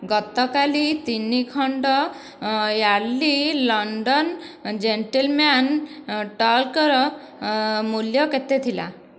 ଗତକାଲି ତିନି ଖଣ୍ଡ ୟାର୍ଡଲି ଲଣ୍ଡନ ଜେଣ୍ଟଲ୍ମ୍ୟାନ୍ ଟାଲ୍କ୍ର ମୂଲ୍ୟ କେତେ ଥିଲା